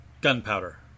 Gunpowder